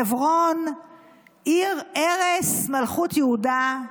חברון עיר ערש מלכות יהודה,